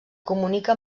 comunica